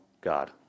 God